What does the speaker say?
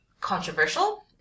controversial